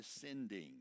descending